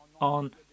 on